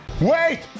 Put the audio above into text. WAIT